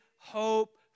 hope